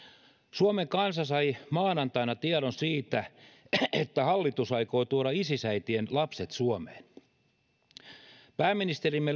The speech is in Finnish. suomen kansa sai maanantaina tiedon siitä että hallitus aikoo tuoda isis äitien lapset suomeen pääministerimme